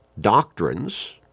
doctrines